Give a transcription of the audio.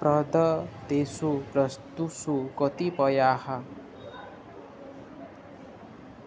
प्रदत्तेषु वस्तुषु कतिपयाः